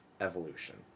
evolution